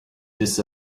this